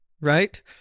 right